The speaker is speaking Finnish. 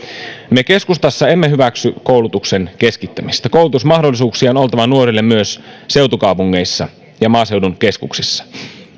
me keskustassa emme hyväksy koulutuksen keskittämistä koulutusmahdollisuuksia on oltava nuorille myös seutukaupungeissa ja maaseudun keskuksissa